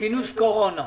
מינוס קורונה.